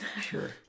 Sure